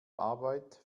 arbeit